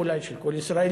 אולי של כל ישראלי,